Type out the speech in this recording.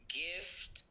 gift